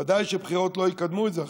ודאי שבחירות לא יקדמו את זה עכשיו,